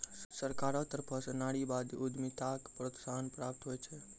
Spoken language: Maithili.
सरकारो तरफो स नारीवादी उद्यमिताक प्रोत्साहन प्राप्त होय छै